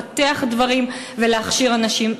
לפתח דברים ולהכשיר אנשים.